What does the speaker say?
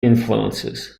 influences